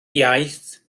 iaith